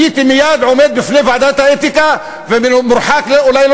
הייתי מייד עומד בפני ועדת האתיקה ומורחק אולי,